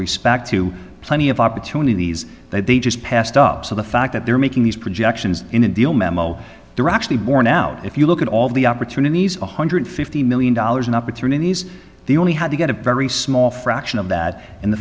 respect to plenty of opportunities that they just passed up so the fact that they're making these projections in a deal memo directly borne out if you look at all the opportunities one hundred fifty million dollars in opportunities they only had to get a very small fraction of that and the